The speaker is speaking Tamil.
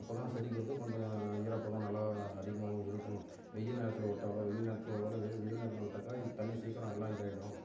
அப்போ தான் செடிக்கு வந்து கொஞ்சம் ஈரப்பதம் நல்லா அதிகமாகவும் இருக்கும் வெயில் நேரத்தில் விட்டாலோ வெயில் நேரத்தில் உடலை வெ வெயில் நேரத்தில் விட்டாக்கா இது தண்ணி சீக்கிரம் எல்லாம் இதாகிடும்